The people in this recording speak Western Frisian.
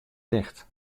ticht